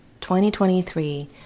2023